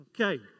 Okay